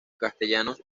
castellanos